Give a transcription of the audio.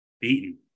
beaten